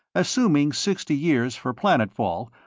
assuming sixty years for planetfall,